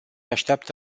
așteaptă